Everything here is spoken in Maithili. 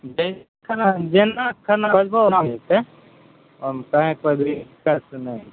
जखन जेना खाना होयतै ओना भेटतै ओहि अनुसार